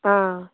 आं